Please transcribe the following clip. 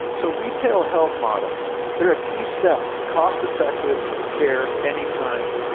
so retail health models, they're a key step to cost-effective care any time,